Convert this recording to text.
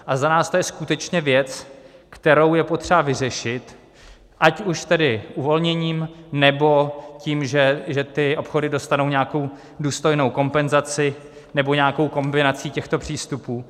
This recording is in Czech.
A za nás to je skutečně věc, kterou je potřeba vyřešit, ať už tedy uvolněním, nebo tím, že ty obchody dostanou nějakou důstojnou kompenzaci, nebo nějakou kombinaci těchto přístupů.